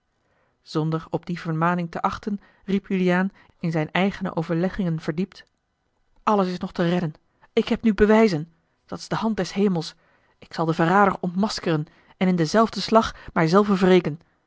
zonder op die vermaning te achten riep juliaan in zijne eigene overleggingen verdiept alles is nog te redden ik heb nu bewijzen dat is de hand des hemels ik zal den verrader ontmaskeren en in denzelfden slag mij zelven